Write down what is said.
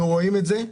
אנחנו רואים את זה.